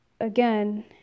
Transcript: again